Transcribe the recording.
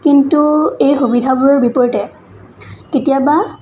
কিন্তু এই সুবিধাবোৰৰ বিপৰীতে কেতিয়াবা